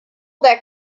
that